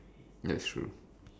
that's true